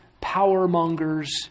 power-mongers